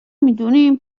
میدونیم